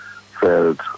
felt